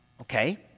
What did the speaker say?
Okay